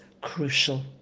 crucial